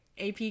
AP